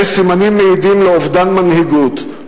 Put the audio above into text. אלה סימנים המעידים על אובדן מנהיגות,